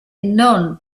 non